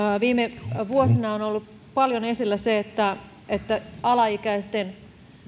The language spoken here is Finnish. viime vuosina on ollut paljon esillä se että että alaikäisten